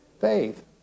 Faith